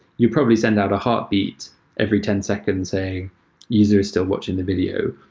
you'll probably send out a heartbeat every ten seconds and say user is still watching the video.